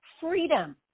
freedom